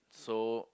so